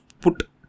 put